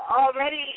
Already